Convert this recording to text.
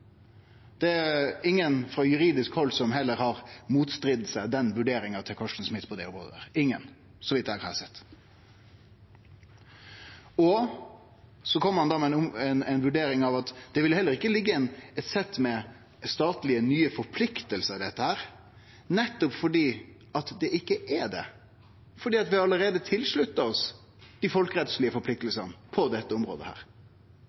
Det er heller ingen frå juridisk hald som har gått imot vurderinga frå Carsten Smith på det området – ingen – så vidt eg har sett. Så kjem ein med ei vurdering av at det heller ikkje vil liggje eit sett med nye statlege forpliktingar i dette, nettopp fordi det ikkje er det, fordi vi allereie har slutta oss til dei folkerettslege forpliktingane på dette området.